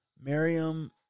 Miriam